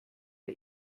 der